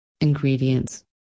Ingredients